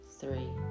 three